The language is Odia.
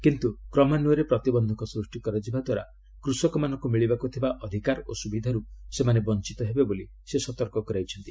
କିନ୍ତୁ କ୍ରମାନ୍ୱୟରେ ପ୍ରତିବନ୍ଧକ ସୃଷ୍ଟି କରାଯିବା ଦ୍ୱାରା କୃଷକମାନଙ୍କୁ ମିଳିବାକୁ ଥିବା ଅଧିକାର ଓ ସୁବିଧାରୁ ସେମାନେ ବଞ୍ଚିତ ହେବେ ବୋଲି ସେ ସତର୍କ କରାଇଛନ୍ତି